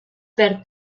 perd